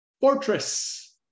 fortress